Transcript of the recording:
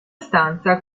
stanza